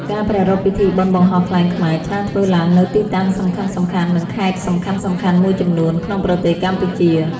ការប្រារព្ធពិធីបុណ្យបង្ហោះខ្លែងខ្មែរ ច្រើនធ្វើឡើងនៅទីតាំងសំខាន់ៗ និងខេត្តសំខាន់ៗមួយចំនួនក្នុងប្រទេសកម្ពុជា។